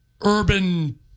urban